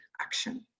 action